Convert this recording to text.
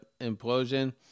implosion